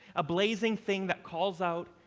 a blazing thing that calls out,